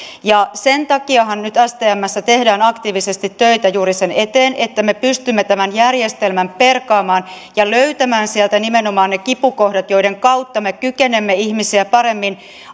sen takiahan nyt stmssä tehdään aktiivisesti töitä juuri sen eteen että me pystymme tämän järjestelmän perkaamaan ja löytämään sieltä nimenomaan ne kipukohdat joiden kautta me kykenemme ihmisiä paremmin